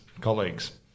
colleagues